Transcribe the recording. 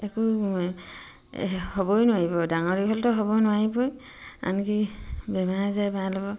একো হ'বই নোৱাৰিব ডাঙৰ দীঘলটো হ'ব নোৱাৰিবই আনকি বেমাৰ আজাৰে বাঁহ ল'ব